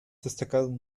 destacado